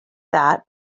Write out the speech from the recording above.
that